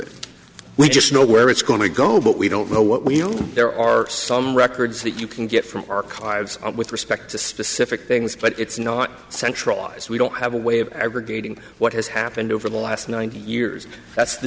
it we just know where it's going to go but we don't know what we'll do there are some records that you can get from archives of with respect to specific things but it's not centralized we don't have a way of ever getting what has happened over the last nineteen years that's the